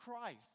Christ